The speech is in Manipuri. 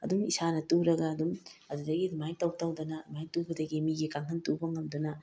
ꯑꯗꯨꯝ ꯏꯁꯥꯅ ꯇꯨꯔꯒ ꯑꯗꯨꯝ ꯑꯗꯨꯗꯒꯤ ꯑꯗꯨꯃꯥꯏꯅ ꯇꯧ ꯇꯧꯗꯅ ꯑꯗꯨꯃꯥꯏꯅ ꯇꯨꯕꯗꯒꯤ ꯃꯤꯒꯤ ꯀꯥꯡꯈꯟ ꯇꯨꯕ ꯉꯝꯗꯨꯅ